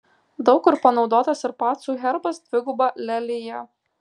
daug kur panaudotas ir pacų herbas dviguba lelija